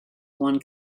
one